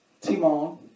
Timon